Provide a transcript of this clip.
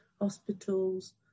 hospitals